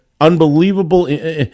unbelievable